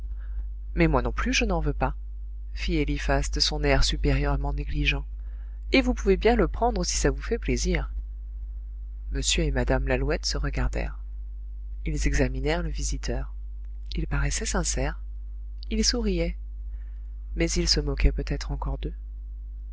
mais moi non plus je n'en veux pas fit eliphas de son air supérieurement négligent et vous pouvez bien le prendre si ça vous fait plaisir m et mme lalouette se regardèrent ils examinèrent le visiteur il paraissait sincère il souriait mais il se moquait peut-être encore d'eux